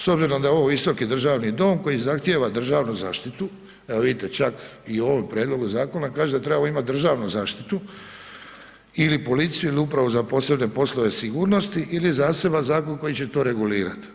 S obzirom da je ovo Visoki državni dom koji zahtjeva državnu zaštitu, evo, vidite, čak i u ovom prijedlogu zakona kaže da trebamo imati državnu zaštitu ili policiju ili upravu za posebne poslove sigurnosti ili zaseban zakon koji će to regulirati.